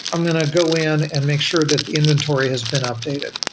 i'm going to go in and make sure that the inventory has been updated.